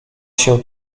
się